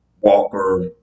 Walker